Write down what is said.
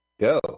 go